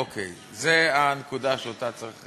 אוקיי, זו הנקודה שצריך